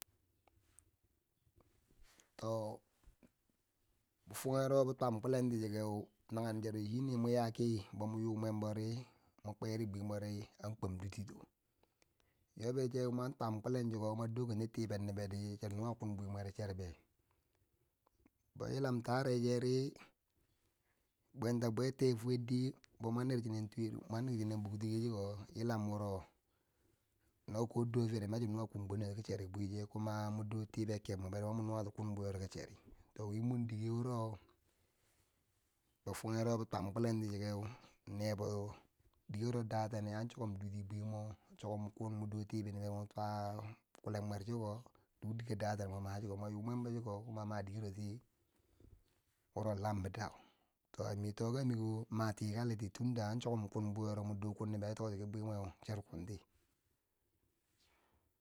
To fogero wo bi twam kulenti chokeu nagen chero chine no mwo ya kiri bo mwo wu mwenbori mwo kwen bwi mwori an kwom dwitiro, yobbecheu mwan twan kulen chike no mwo dokenti tiber mbberdichi nuwa kun bweimwero chirken bo yilam taare cheri bwenta bwe tai fwerdi mwan, bo mwon niri chinin twire, mwan nir china bwak twiyer chiko, yilan wurono ko do fiyeri mani chiya nuwa kun bwinerti bwecheu, kuma mwan do tiber kebmweber mani mwo nuwo ti kun bwiyerti cheri, to wi mor dike wuro bifugero bi twam kulenti chokeu, nebo dikewo date nan an chukum dwiti bwimbwo chukom kun mwondo tiber nobber mwan twa kulendo chiko, duk dike daten mati mwo wu mwenbo chiko, kuma ma dikeroti wuro lam bidau, to ame tokameu, ma tikaliti tunda an chukom kubwiyer mwor mon do tiber nobbe ri mani a tokti ki bwiyeu ma kunti.